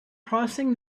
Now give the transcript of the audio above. crossing